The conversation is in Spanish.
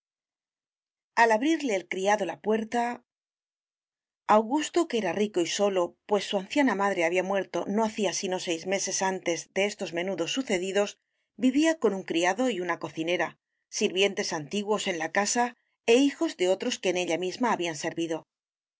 al abrirle el criado la puerta augusto que era rico y solo pues su anciana madre había muerto no hacía sino seis meses antes de estos menudos sucedidos vivía con un criado y una cocinera sirvientes antiguos en la casa e hijos de otros que en ella misma habían servido